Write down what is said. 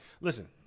Listen